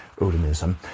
Odinism